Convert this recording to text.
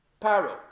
Paro